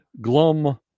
glum